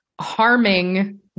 harming